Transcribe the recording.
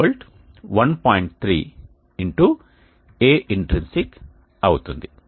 3 x Aintrinsic అవుతుంది